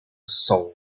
sold